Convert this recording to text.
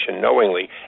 knowingly